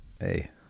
Hey